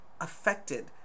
affected